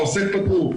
עוסק פטור.